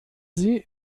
sie